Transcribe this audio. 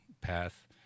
path